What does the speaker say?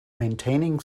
maintaining